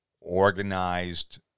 organized